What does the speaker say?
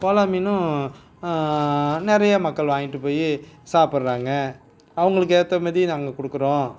Cola மீனும் நிறைய மக்கள் வாங்கிட்டு போய் சாபபிட்றாங்க அவங்களுக்கு ஏற்ற மாதிரியும் நாங்கள் கொடுக்குறோம்